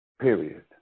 Period